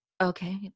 Okay